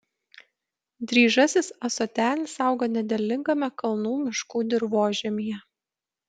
dryžasis ąsotenis auga nederlingame kalnų miškų dirvožemyje